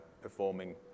performing